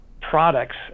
products